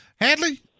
Hadley